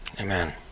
Amen